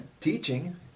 teaching